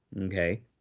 okay